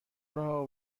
راه